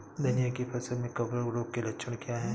धनिया की फसल में कवक रोग के लक्षण क्या है?